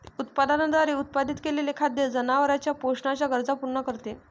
उत्पादनाद्वारे उत्पादित केलेले खाद्य जनावरांच्या पोषणाच्या गरजा पूर्ण करते